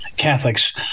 Catholics